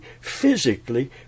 physically